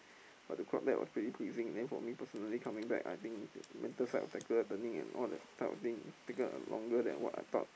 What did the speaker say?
but the crowd back was pretty pleasing then for me personally coming back I think mental side of tackle turning and all that type of thing took up a longer than what I thought